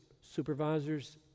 supervisors